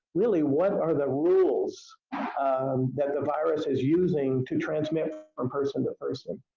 really, what are the rules that the virus is using to transmit from person to person.